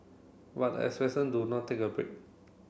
but the expression do not take a break